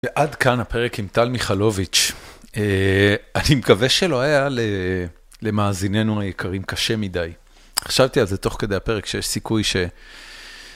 ועד כאן הפרק עם טל מיכלוביץ'. אני מקווה שלא היה למאזיננו היקרים קשה מדי. חשבתי על זה תוך כדי הפרק שיש סיכוי ש...